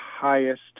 highest